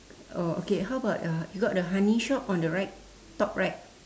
oh okay how about uh you got the honey shop on the right top right